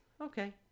Okay